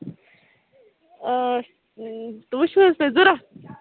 آ وٕ چھِو حظ تۄہہِ ضوٚرَتھ